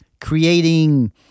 creating